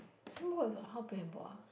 handball is what how play handball ah